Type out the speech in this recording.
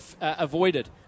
avoided